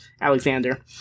alexander